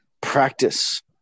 Practice